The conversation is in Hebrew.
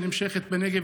שנמשכת בנגב,